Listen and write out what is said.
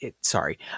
sorry